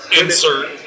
insert